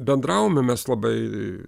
bendravome mes labai